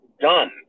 done